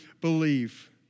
believe